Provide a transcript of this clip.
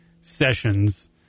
sessions